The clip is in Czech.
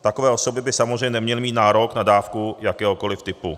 Takové osoby by samozřejmě neměly mít nárok na dávku jakéhokoliv typu.